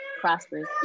prosperous